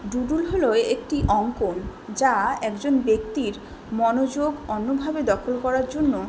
Doodle হলো একটি অঙ্কন যা একজন ব্যক্তির মনোযোগ অন্যভাবে দখল করার জন্য